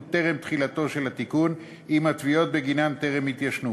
טרם תחילתו של התיקון אם התביעות בגינם טרם התיישנו.